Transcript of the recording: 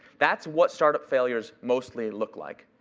that's what startup failures mostly look like.